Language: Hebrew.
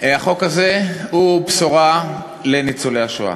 החוק הזה הוא בשורה לניצולי השואה.